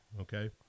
okay